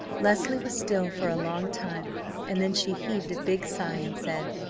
leslie was still for a long time and then she heaved a big sigh, and said,